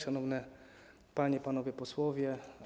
Szanowne Panie i Panowie Posłowie!